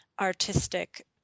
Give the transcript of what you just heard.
artistic